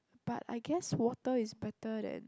but I guess water is better than